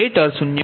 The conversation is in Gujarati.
4 છે અને આ 0